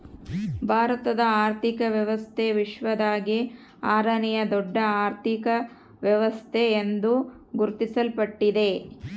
ಭಾರತದ ಆರ್ಥಿಕ ವ್ಯವಸ್ಥೆ ವಿಶ್ವದಾಗೇ ಆರನೇಯಾ ದೊಡ್ಡ ಅರ್ಥಕ ವ್ಯವಸ್ಥೆ ಎಂದು ಗುರುತಿಸಲ್ಪಟ್ಟಿದೆ